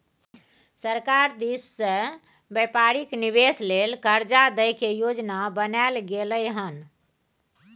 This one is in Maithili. सरकार दिश से व्यापारिक निवेश लेल कर्जा दइ के योजना बनाएल गेलइ हन